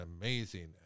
amazing